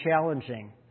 challenging